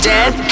Dead